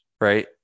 right